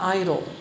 idol